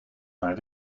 naar